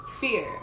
Fear